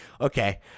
Okay